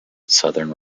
southern